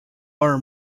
are